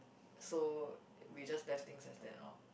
so we just left things as that lor